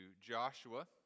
Joshua